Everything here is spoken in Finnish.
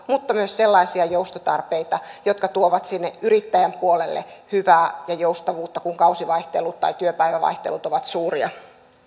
mutta myös sellaisia jotka tuovat sinne yrittäjän puolelle hyvää ja joustavuutta kun kausivaihtelut tai työpäivävaihtelut ovat suuria